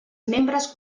membres